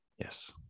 Yes